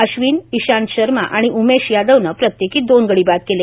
अश्विन इशांत शर्मा आणि उमेश यादवनं प्रत्येकी दोन गडी बाद केले